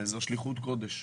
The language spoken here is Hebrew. וזאת שליחות קודש.